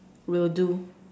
will do